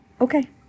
Okay